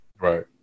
Right